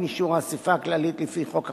אישור האספה הכללית לפי חוק החברות,